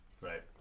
Right